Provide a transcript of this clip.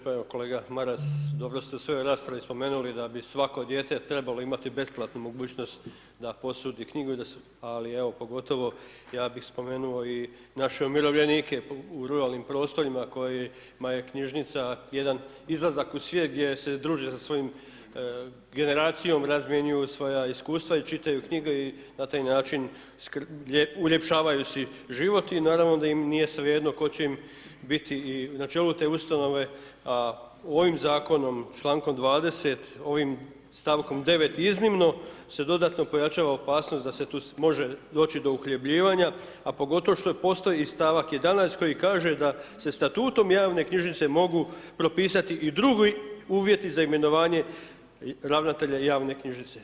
Pa evo, kolega Maras, dobro ste u svojoj raspravi spomenuli da bi svako dijete trebalo imati besplatnu mogućnost da posudi knjigu ali evo pogotovo ja bih spomenuo i naše umirovljenike u ruralnim prostorima kojima je knjižnica jedan izlazak u svijet gdje se druže sa svojom generacijom, razmjenjuju svoja iskustva i čitaju knjige i na taj način uljepšavaju si život i naravno da im nije svejedno tko će im biti na čelu te ustanove a ovim zakonom i člankom 20. ovim stavkom 9. iznimno se dodatno pojačava opasnost da se tu može doći do uhljebljivanja a pogotovo što postoji i stavak 11. koji kaže da se statutom javne knjižnice mogu propisati i drugi uvjeti za imenovanje ravnatelja javne knjižnice.